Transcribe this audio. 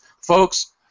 folks